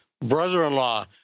brother-in-law